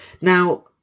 Now